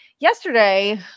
Yesterday